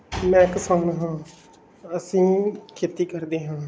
ਮੈਂ ਕਿਸਾਨ ਹਾਂ ਅਸੀਂ ਖੇਤੀ ਕਰਦੇ ਹਾਂ